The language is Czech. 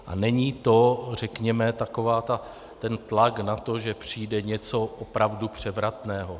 A není to, řekněme, takový ten tlak na to, že přijde něco opravdu převratného.